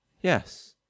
yes